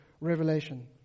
Revelation